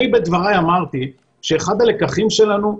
אני בדבריי אמרתי שאחד הלקחים שלנו,